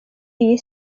iyi